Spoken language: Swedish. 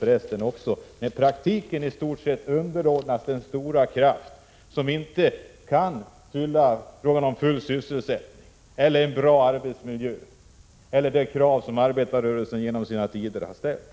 Den praktiska verkligheten är i stort sett underordnad den stora kraft som inte kan ordna full sysselsättning, bra arbetsmiljö eller tillgodose andra krav som arbetarrörelsen genom tiderna har ställt.